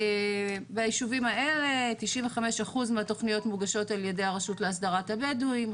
ביישובים האלה 95% מהתוכניות מוגשות על ידי הרשות להסדרת הבדואים,